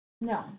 No